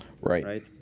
Right